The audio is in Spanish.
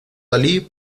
dalí